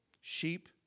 Sheep